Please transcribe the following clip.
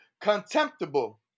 contemptible